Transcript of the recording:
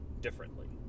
differently